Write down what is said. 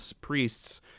priests